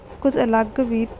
ਕੁਝ ਅਲੱਗ ਵੀ